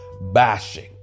bashing